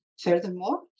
Furthermore